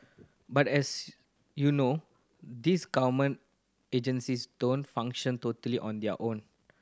but as you know these government agencies don't function totally on their own